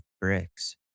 bricks